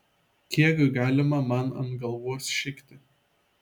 kiek galima man ant galvos šikti